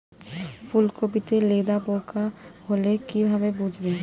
ফুলকপিতে লেদা পোকা হলে কি ভাবে বুঝবো?